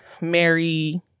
Mary